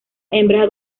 hembras